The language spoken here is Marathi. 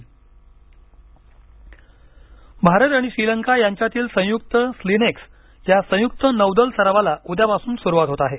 नौदल सराव भारत आणि श्रीलंका यांच्यातील संयुक्त स्लीनेक्स या संयुक्त नौदल सरावाला उद्यापासून सुरुवात होत आहे